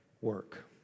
work